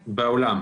בעולם.